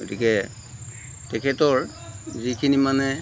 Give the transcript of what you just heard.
গতিকে তেখেতৰ যিখিনি মানে